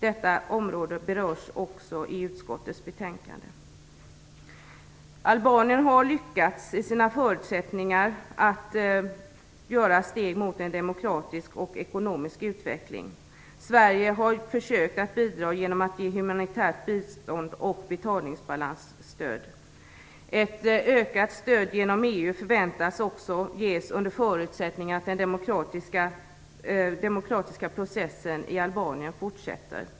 Detta område berörs också i utskottets betänkande. Albanien har lyckats i sina försök att ta steg mot en demokratisk och ekonomisk utveckling. Sverige har försökt att bidra genom att ge humanitärt bistånd och betalningsbalansstöd. Ett ökat stöd genom EU förväntas också ges under förutsättning att den demokratiska processen i Albanien fortsätter.